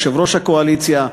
יושב-ראש הקואליציה,